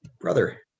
brother